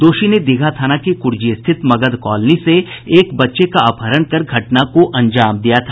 दोषी ने दीघा थाना के कूर्जी स्थित मगध कॉलोनी से एक बच्चे का अपहरण कर घटना को अंजाम दिया था